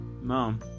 Mom